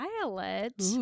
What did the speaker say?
violet